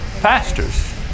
pastors